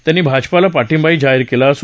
त्यांनी भाजपाला पाठिंबाही जाहीर केला आहे